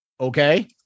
Okay